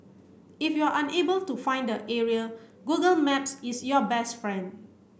if you're unable to find the area Google Maps is your best friend